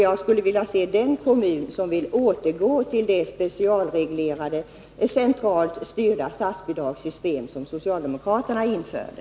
Jag skulle vilja se den kommun som vill återgå till det specialreglerade, centralt styrda statsbidragssystem som socialdemokraterna införde.